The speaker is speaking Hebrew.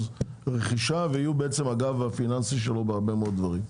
רכישה ויהיו הגב הפיננסי שלו בהרבה מאד דברים.